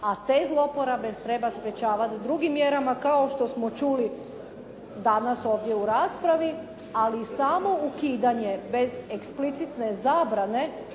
a te zloporabe treba sprečavat drugim mjerama, kao što smo čuli danas ovdje u raspravi, ali samo ukidanje, bez eksplicitne zabrane